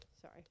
sorry